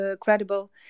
credible